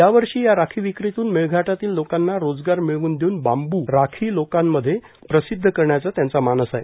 यावर्षी या राखी विक्रीतून मेळघाटातील लोकांना रोजगार मिळवून देऊन बांबू राखी लोकांमध्ये प्रसिध्द करण्याचा त्यांचा मानस आहे